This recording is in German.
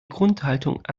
grundhaltung